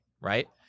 right